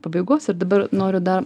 pabaigos ir dabar noriu dar